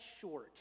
short